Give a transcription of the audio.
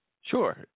Sure